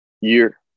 year